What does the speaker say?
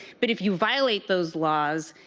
but, if you violate those laws,